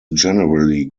generally